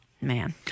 Man